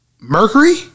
Mercury